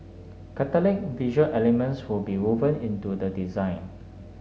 catholic visual elements will be woven into the design